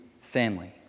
family